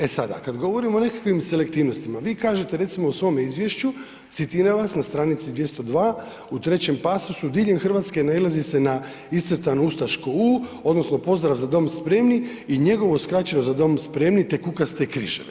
E sada, kada govorimo o nekakvim selektivnostima vi kažete recimo u svom izvješću citiram vas na stranici 202 i trećem pasusu „Diljem Hrvatske nailazi se na iscrtano ustaško U odnosno pozdrav „Za dom spremni“ i njegovo skraćeno za dom spremni te kukaste križeve“